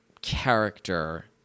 character